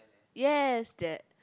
yes that